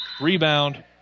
Rebound